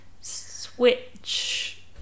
switch